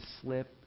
slip